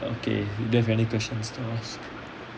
okay do you have any questions to ask